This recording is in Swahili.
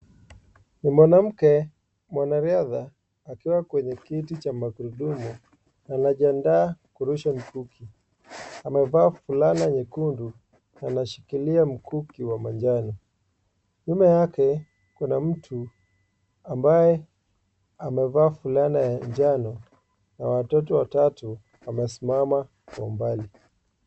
Mwanamke mwanariadha akiwa kwenye kiti cha magurudumu. Anajiandaa kurusha mkuki. Amevaa fulana nyekundu. Anashikilia mkuki wa manjano. Nyuma yake kuna mtu ambaye amevaa fulana ya njano na watoto watatu wamesimama kwa umbali.